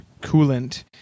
coolant